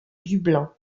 dublin